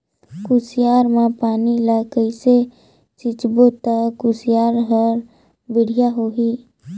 कुसियार मा पानी ला कइसे सिंचबो ता कुसियार हर बेडिया होही?